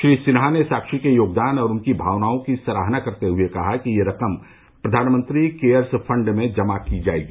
श्री सिन्हा ने साक्षी के योगदान और उनकी भावनाओं की सराहना करते हए कहा कि यह रकम प्रधानमंत्री केयर्स फंड में जमा कर दी जायेगी